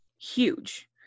Huge